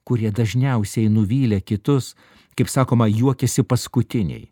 kurie dažniausiai nuvylę kitus kaip sakoma juokiasi paskutiniai